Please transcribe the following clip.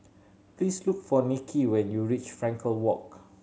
please look for Nikki when you reach Frankel Walk